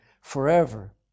forever